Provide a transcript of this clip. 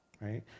right